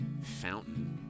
fountain